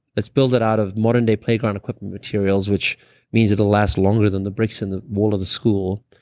let's build it out of modern day playground equipment materials, which means it'll last longer than the bricks in the wall of the school.